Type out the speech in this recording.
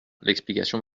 l’explication